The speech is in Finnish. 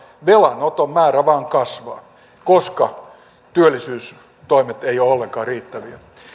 velanoton määrä vain kasvaa koska työllisyystoimet eivät ole ollenkaan riittäviä